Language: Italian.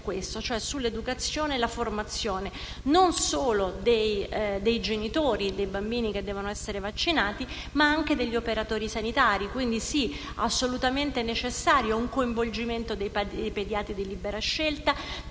cioè sull'educazione e sulla formazione, non solo dei genitori dei bambini che devono essere vaccinati, ma anche degli operatori sanitari. È, quindi, assolutamente necessario un coinvolgimento dei pediatri di libera scelta,